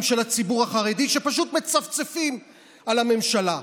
של הציבור החרדי שפשוט מצפצפים על הממשלה,